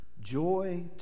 Joy